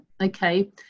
Okay